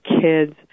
kids